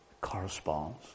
corresponds